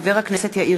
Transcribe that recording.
מאת חברת הכנסת עדי קול,